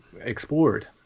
explored